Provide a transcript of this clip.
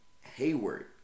Hayward